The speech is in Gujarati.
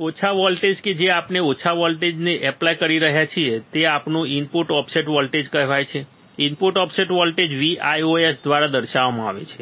આ ઓછા વોલ્ટેજ કે જે આપણે આ ઓછા DC વોલ્ટેજને એપ્લાય કરી રહ્યા છીએ તે આપણું ઇનપુટ ઓફસેટ વોલ્ટેજ કહેવાય છે ઇનપુટ ઓફસેટ વોલ્ટેજ Vios દ્વારા દર્શાવવામાં આવે છે